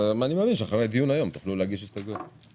אני מאמין שאחרי הדיון היום תוכלו להגיש הסתייגויות.